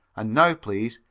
and now, please,